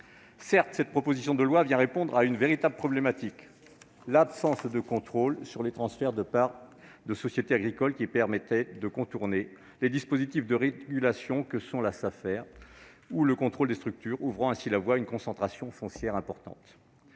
Certes, cette proposition de loi vient répondre à une véritable problématique : l'absence de contrôle sur les transferts de parts de sociétés agricoles, qui permettait de contourner les dispositifs de régulation que sont la Safer et le contrôle des structures, ouvrant ainsi la voie à une concentration foncière importante.